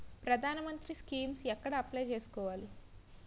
ప్రధాన మంత్రి స్కీమ్స్ ఎక్కడ అప్లయ్ చేసుకోవాలి?